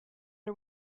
are